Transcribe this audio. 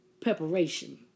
preparation